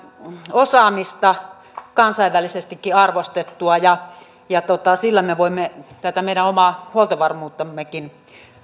osaamista kansainvälisestikin arvostettua ja ja sillä me voimme tätä meidän omaa huoltovarmuuttammekin